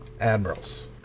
admirals